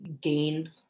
gain